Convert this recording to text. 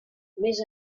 més